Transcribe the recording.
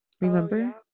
Remember